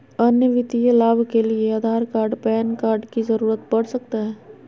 अन्य वित्तीय लाभ के लिए आधार कार्ड पैन कार्ड की जरूरत पड़ सकता है?